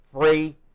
free